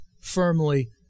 firmly